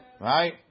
Right